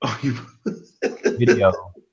video